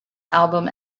album